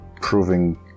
proving